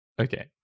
Okay